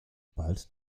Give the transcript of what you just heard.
bald